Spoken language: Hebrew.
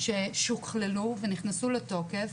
ששוכללו ונכנסו לתוקף,